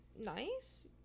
nice